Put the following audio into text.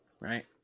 right